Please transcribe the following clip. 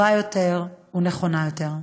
טובה יותר ונכונה יותר.